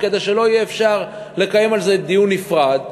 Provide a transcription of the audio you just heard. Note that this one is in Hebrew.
כדי שלא יהיה אפשר לקיים על זה דיון נפרד,